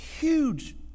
huge